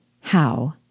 How